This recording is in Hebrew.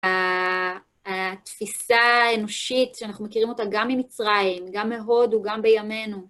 התפיסה האנושית שאנחנו מכירים אותה גם ממצרים, גם מהוד, גם בימינו.